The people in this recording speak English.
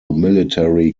military